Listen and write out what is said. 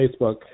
facebook